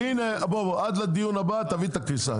עד לדיון הבא תביא את הקריסה,